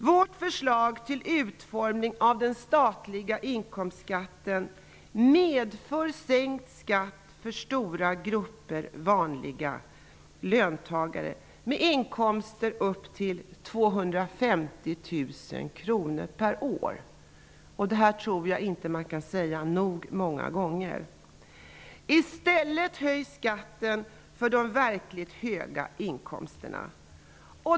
Vårt förslag till utformning av den statliga inkomstskatten medför sänkt skatt för stora grupper vanliga löntagare, med inkomster upp till 250 000 kr per år. Det här kan man inte säga nog många gånger. I stället höjs skatten på de verkligt höga inkomsterna.